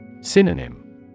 Synonym